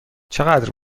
چقدر